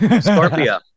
scorpio